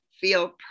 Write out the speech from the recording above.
feel